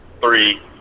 three